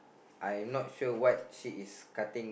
I'm not sure what she is cutting